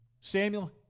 Samuel